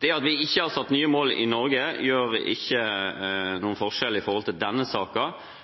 Det at vi ikke har satt nye mål i Norge, utgjør ikke noen forskjell når det gjelder denne